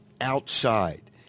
outside